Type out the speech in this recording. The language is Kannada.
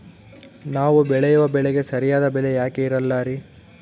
ನಾವು ಬೆಳೆಯುವ ಬೆಳೆಗೆ ಸರಿಯಾದ ಬೆಲೆ ಯಾಕೆ ಇರಲ್ಲಾರಿ?